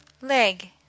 leg